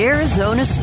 Arizona